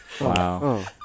Wow